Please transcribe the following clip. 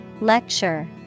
Lecture